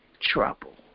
trouble